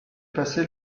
passé